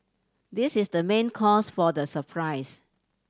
this is the main cause for the surprise